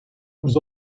was